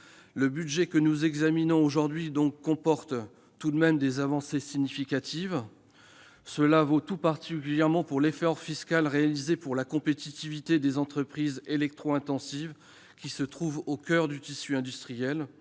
Le budget que nous examinons aujourd'hui comporte tout de même des avancées significatives. Cela vaut tout particulièrement pour l'effort fiscal réalisé pour la compétitivité des entreprises électro-intensives, qui se trouvent au coeur de notre tissu industriel.